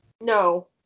no